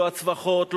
לא הצווחות,